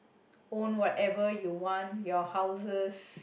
own whatever you want your houses